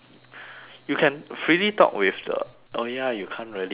you can freely talk with the oh ya you can't really but